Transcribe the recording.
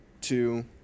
two